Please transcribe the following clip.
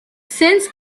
since